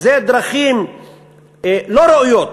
זה דרכים לא ראויות,